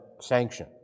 sanction